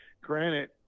granite